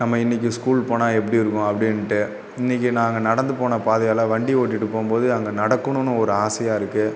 நம்ம இன்றைக்கி ஸ்கூல் போனால் எப்படி இருக்கும் அப்படின்ட்டு இன்றைக்கி நாங்கள் நடந்து போன பாதையெல்லாம் வண்டி ஓட்டிகிட்டு போகும்போது அங்கே நடக்கனுன்னு ஒரு ஆசையாக இருக்குது